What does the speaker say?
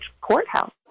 courthouse